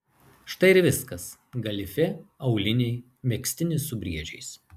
štai ir viskas galifė auliniai megztinis su briedžiais